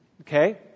Okay